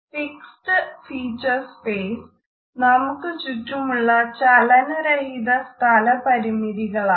fixed feature space നമുക്ക് ചുറ്റുമുള്ള ചലനരഹിത സ്ഥലപരിമിതി കളാണ്